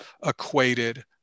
equated